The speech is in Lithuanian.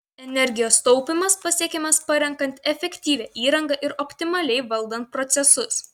energijos taupymas pasiekiamas parenkant efektyvią įrangą ir optimaliai valdant procesus